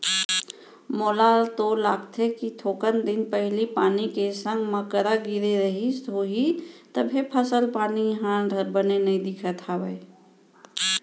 मोला तो लागथे कि थोकन दिन पहिली पानी के संग मा करा गिरे रहिस होही तभे फसल पानी ह बने नइ दिखत हवय